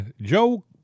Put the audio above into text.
Joe